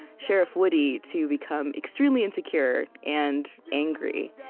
sheriff woody, to become extremely insecure and angry.